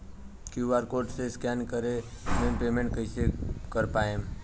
QR code से scan कर के पेमेंट कइसे कर पाएम?